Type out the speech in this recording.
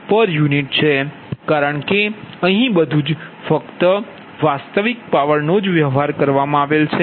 u છે કારણ કે અહીં બધું જ ફક્ત વાસ્તવિક પાવર નો જ વ્યવહાર છે